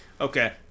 Okay